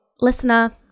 Listener